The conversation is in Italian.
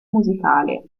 musicale